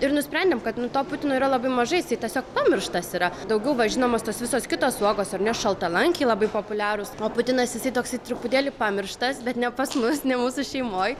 ir nusprendėm kad nu to putino yra labai mažai jisai tiesiog pamirštas yra daugiau va žinomos tos visos kitos uogos ar ne šaltalankiai labai populiarūs o putinas jisai toks truputėlį pamirštas bet ne pas mus ne mūsų šeimoj